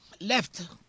left